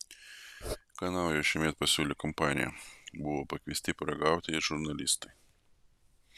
ką naujo šiemet pasiūlė kompanija buvo pakviesti paragauti ir žurnalistai